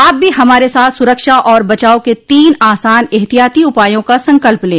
आप भी हमारे साथ सुरक्षा और बचाव के तीन आसान एहतियाती उपायों का संकल्प लें